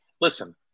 Listen